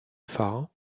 phare